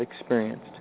experienced